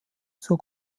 zur